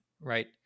right